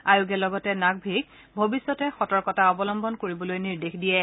আয়োগে লগতে নাকভিক ভৱিষ্যতে সতৰ্কতা অৱলম্বন কৰিবলৈ নিৰ্দেশ দিয়ে